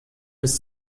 bis